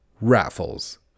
Raffles